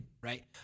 right